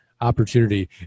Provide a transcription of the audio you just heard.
opportunity